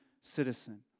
citizen